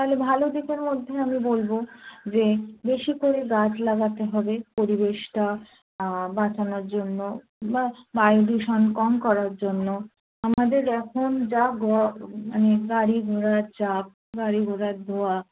তাহলে ভালো দিকের মধ্যে আমি বলবো যে বেশি করে গাছ লাগাতে হবে পরিবেশটা বাঁচানোর জন্য বা বায়ুদূষণ কম করার জন্য আমাদের এখন যা মানে গাড়ি ঘোড়ার চাপ গাড়ি ঘোড়ার ধোয়া